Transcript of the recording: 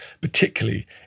particularly